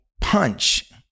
punch